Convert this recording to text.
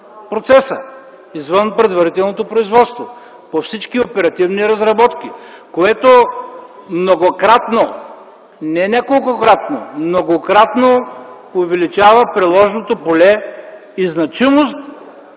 процеса, извън предварителното производство по всички оперативни разработки, което многократно, не неколкократно, многократно увеличава приложното поле и значимост